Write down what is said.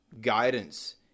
guidance